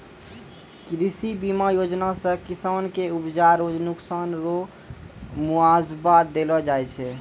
कृषि बीमा योजना से किसान के उपजा रो नुकसान रो मुआबजा देलो जाय छै